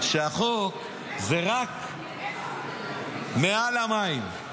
שהחוק זה רק מעל המים.